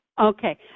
Okay